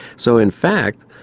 so in fact,